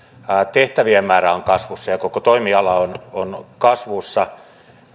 tehtävien määrä on kasvussa ja koko toimiala on on kasvussa